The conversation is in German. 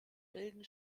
bilden